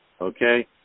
okay